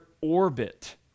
orbit